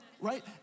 right